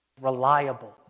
reliable